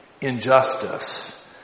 injustice